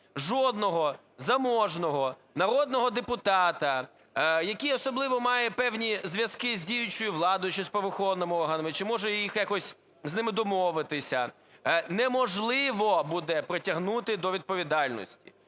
жодного заможного народного депутата, який особливо має певні зв'язки з діючою владою чи з правоохоронними органами, чи може з ними якось домовитися, неможливо буде притягнути до відповідальності.